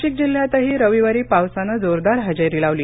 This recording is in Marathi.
नाशिक जिल्ह्यातही रविवारी पावसानं जोरदार हजेरी लावली